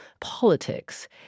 politics